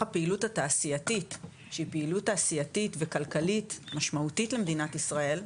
הפעילות התעשייתית שהיא פעילות תעשייתית וכלכלית משמעותית למדינת ישראל,